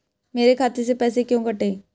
मेरे खाते से पैसे क्यों कटे?